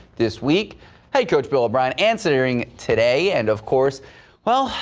this week head coach bill o'brien answering today and of course well,